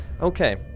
Okay